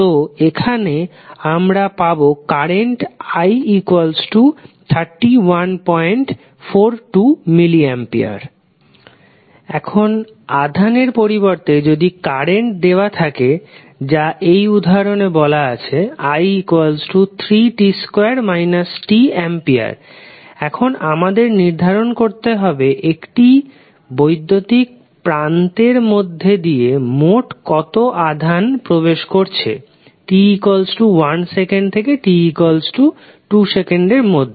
তো এখানে আমরা পাবো কারেন্ট i 3142mA এখন আধানের পরিবর্তে যদি কারেন্ট দেওয়া থাকে যা এই উদাহরণ এ বলা আছে i3t2 t A এখন আমাদের নির্ধারণ করতে হবে একটি বৈদ্যুতিক প্রান্তের মধ্যে দিয়ে মোট কত আধান প্রবেশ করছে t1 সেকেন্ড থেকে t2 সেকেন্ড এর মধ্যে